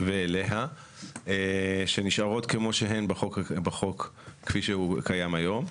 ואליה שנשארות כמו שהן בחוק כפי שהוא קיים היום,